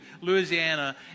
Louisiana